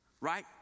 Right